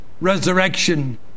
resurrection